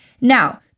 Now